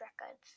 records